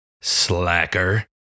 slacker